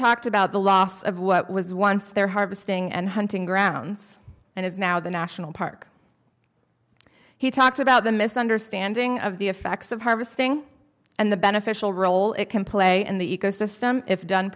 talked about the loss of what was once their harvesting and hunting grounds and is now the national park he talked about the misunderstanding of the effects of harvesting and the beneficial role it can play in the ecosystem if done